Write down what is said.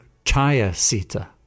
chaya-sita